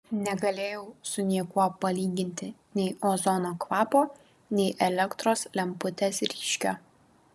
negalėjau su niekuo palyginti nei ozono kvapo nei elektros lemputės ryškio